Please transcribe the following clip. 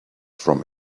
from